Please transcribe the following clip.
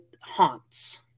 haunts